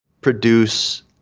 produce